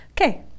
Okay